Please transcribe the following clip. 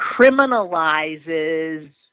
criminalizes